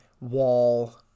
wall